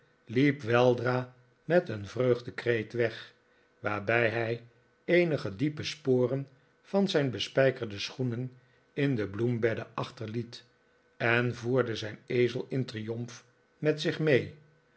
liep weldra met een vreugdekreet weg waarbij hij eenige diepe sporen van zijn bespijkerde schoenen in de bloembedden achterliet en voerde zijn ezel in triomf met zich mee